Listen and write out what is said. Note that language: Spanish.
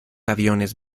aviones